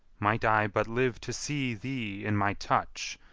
might i but live to see thee in my touch,